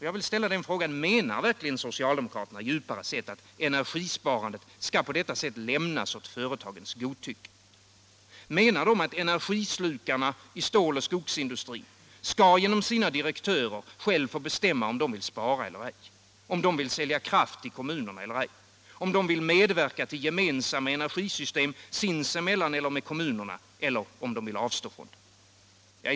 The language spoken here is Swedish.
Jag vill ställa frågan: Menar verkligen socialdemokraterna djupare sett att energisparandet på detta sätt skall lämnas åt företagens godtycke? Menar socialdemokraterna att energislukarna i ståloch skogsindustrin genom sina direktörer själva skall få bestämma om de vill spara eller inte, om de vill sälja kraft till kommunerna eller inte, om de vill medverka till gemensamma energisystem sinsemellan eller med kommunerna eller om de vill avstå från det?